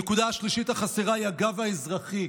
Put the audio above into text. הנקודה השלישית החסרה היא הגב האזרחי.